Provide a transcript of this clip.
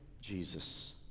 Jesus